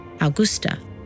Augusta